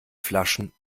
flaschen